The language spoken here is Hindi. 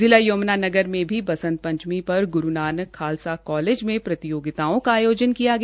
जिला यमुनानगर में भी बसंत पंचमी पर ग्रू नानक खालसा कालेज में प्रतियोगिता का आयोजन किया गया